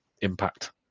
impact